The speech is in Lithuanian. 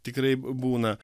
tikrai būna